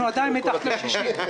אנחנו עדיין מתחת ל-60%.